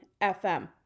FM